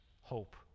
hope